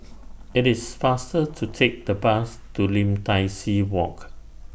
IT IS faster to Take The Bus to Lim Tai See Walk